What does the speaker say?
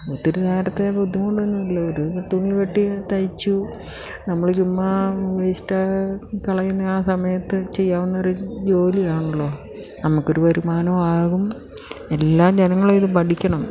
ഒത്തിരി നേരത്തെ ബുദ്ധിമുട്ടുമെന്നല്ലേയുള്ളൂ ഒരു തുണി വെട്ടി തയ്ച്ചു നമ്മൾ ചുമ്മാ വേസ്റ്റാക്കി കളയുന്ന ആ സമയത്ത് ചെയ്യാവുന്നൊരു ജോലിയാണല്ലോ നമുക്കൊരു വരുമാനവുമാകും എല്ലാ ജനങ്ങളും ഇത് പഠിക്കണം